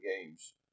games